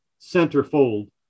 centerfold